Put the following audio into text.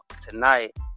tonight